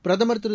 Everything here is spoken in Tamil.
பிரதமர் திரு